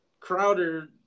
Crowder